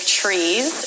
trees